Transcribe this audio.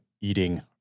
eating